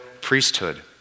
priesthood